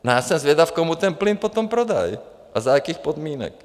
Já jsem zvědav, komu ten plyn potom prodají a za jakých podmínek.